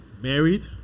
Married